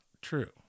true